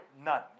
None